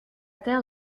terre